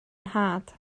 nhad